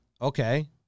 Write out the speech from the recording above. okay